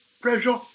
pressure